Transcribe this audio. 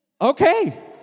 Okay